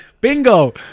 Bingo